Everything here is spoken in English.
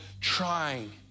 trying